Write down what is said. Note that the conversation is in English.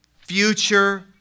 future